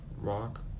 Rock